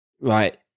right